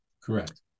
Correct